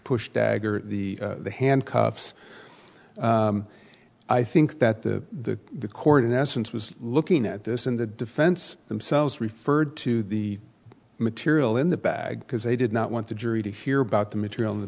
push dagger the handcuffs i think that the the court in essence was looking at this and the defense themselves referred to the material in the bag because they did not want the jury to hear about the material in the